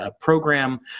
program